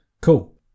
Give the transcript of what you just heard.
Cool